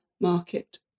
market